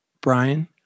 brian